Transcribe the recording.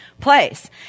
place